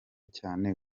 cyane